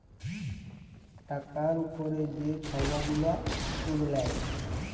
টাকার উপরে যে ছব গুলা সুদ লেয়